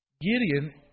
Gideon